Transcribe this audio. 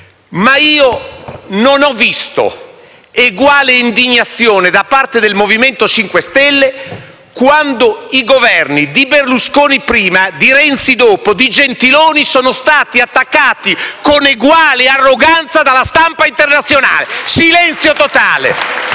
ma io non ho visto eguale indignazione da parte del Movimento 5 Stelle quando i Governi di Berlusconi, prima, e di Renzi e Gentiloni Silveri, dopo, sono stati attaccati con eguale arroganza dalla stampa internazionale. Silenzio totale.